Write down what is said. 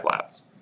labs